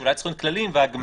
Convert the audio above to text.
שאולי צריכים כללים והגמשה.